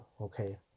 okay